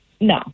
No